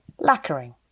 Lacquering